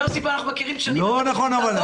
יוסי, אנחנו מכירים שנים, תעזוב.